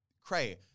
Cray